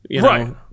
Right